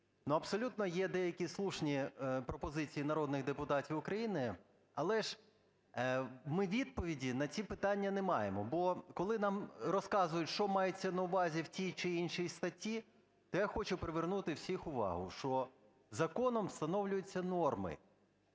абсолютно є деякі слушні пропозиції народних депутатів України, але ж ми відповіді на ці питання не маємо. Бо коли нам розказують, що мається на увазі в тій чи іншій статті, то я хочу привернути всіх увагу, що законодавством встановлюються норми,